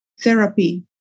therapy